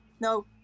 No